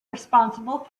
responsible